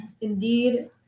Indeed